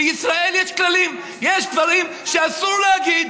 בישראל יש כללים: יש דברים שאסור להגיד,